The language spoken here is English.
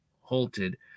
halted